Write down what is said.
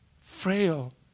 frail